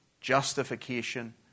justification